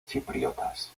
chipriotas